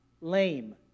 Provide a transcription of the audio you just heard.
lame